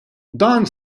dan